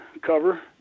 cover